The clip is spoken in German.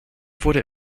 wurde